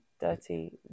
dirty